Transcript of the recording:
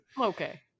Okay